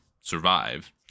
survive